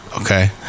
okay